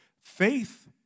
Faith